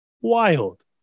Wild